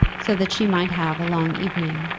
so that she might have a long evening,